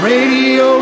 Radio